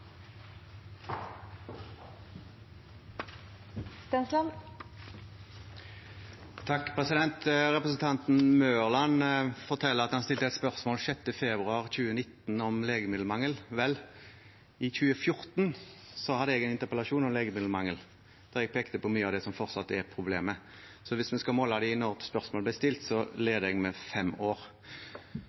Representanten Mørland forteller at han stilte et spørsmål 6. februar 2019 om legemiddelmangel. Vel, i 2014 hadde jeg en interpellasjon om legemiddelmangel der jeg pekte på mye av det som fortsatt er problemet, så hvis vi skal måle det i når spørsmålet ble stilt, leder jeg med fem år.